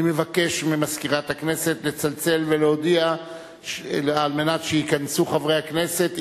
אני מבקש ממזכירת הכנסת לצלצל ולהודיע על מנת שייכנסו חברי הכנסת,